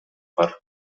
бар